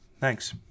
Thanks